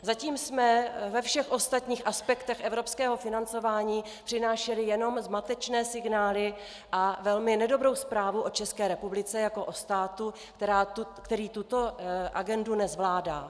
Zatím jsme ve všech ostatních aspektech evropského financování přinášeli jenom zmatečné signály a velmi nedobrou zprávu o České republice jako o státu, který tuto agendu nezvládá.